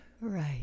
Right